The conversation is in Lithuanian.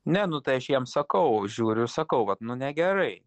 ne nu tai aš jiem sakau žiūriu ir sakau vat nu negerai